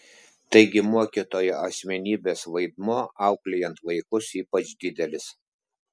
taigi mokytojo asmenybės vaidmuo auklėjant vaikus ypač didelis